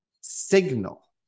signal